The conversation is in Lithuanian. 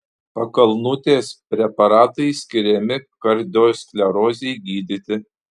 pakalnutės preparatai skiriami kardiosklerozei gydyti